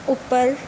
Uppal